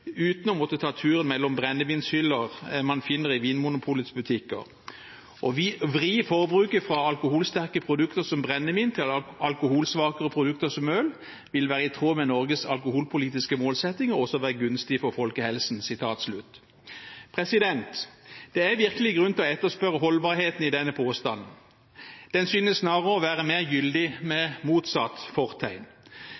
uten å måtte ta turen mellom brennevinshyllene man finner i Vinmonopolets butikker. Å vri forbruket fra alkoholsterke produkter som brennevin til alkoholsvakere produkter som øl, vil være i tråd med Norges alkoholpolitiske målsettinger og også være gunstig for folkehelsen.» Det er virkelig grunn til å etterspørre holdbarheten i denne påstanden. Den synes snarere å være mer gyldig med